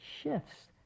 shifts